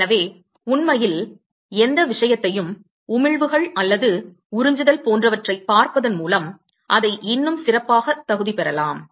எனவே உண்மையில் எந்த விஷயத்தையும் உமிழ்வுகள்உறிஞ்சுதல் போன்றவற்றைப் பார்ப்பதன் மூலம் அதை இன்னும் சிறப்பாகத் தகுதி பெறலாம்